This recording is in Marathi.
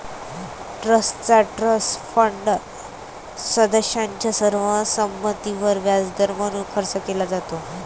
ट्रस्टचा ट्रस्ट फंड सदस्यांच्या सर्व संमतीवर व्याजदर म्हणून खर्च केला जातो